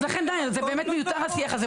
אז לכן די, זה באמת מיותר, השיח הזה.